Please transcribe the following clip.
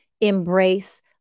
embrace